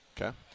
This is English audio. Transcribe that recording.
Okay